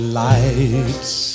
lights